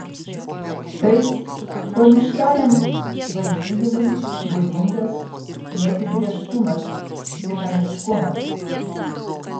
tai chtoniškajam vaizdijimui būdingas neapibrėžtumas dinamiškumas